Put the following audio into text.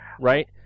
right